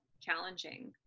challenging